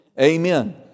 Amen